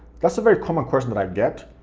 that's a very common question that i get.